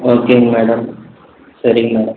ஓகேங்க மேடம் சரிங்க மேடம்